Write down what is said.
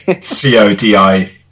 C-O-D-I